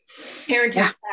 parenting